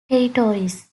territories